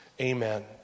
Amen